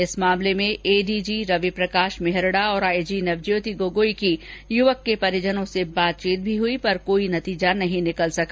इस मामले में एडीजी रविप्रकाश मेहरड़ा और आईजी नवज्योति गोगोई की युवक के परिजनों से बातचीत भी हुई पर कोई नतीजा नहीं निकल सका